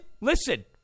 listen